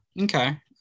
okay